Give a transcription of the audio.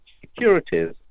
securities